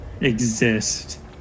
Exist